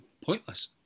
pointless